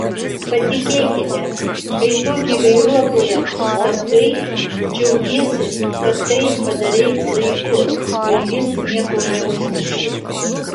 patikėkite kai tokį vairuotoją sustabdai džiaugiesi kad tai padarei laiku ir jis nieko neužmušė